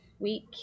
week